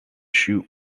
shoot